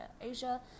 Asia